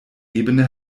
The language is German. ebene